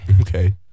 okay